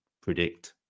predict